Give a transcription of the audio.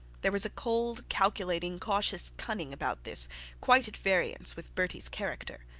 there was a cold, calculating, cautious cunning about this quite at variance with bertie's character.